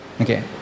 Okay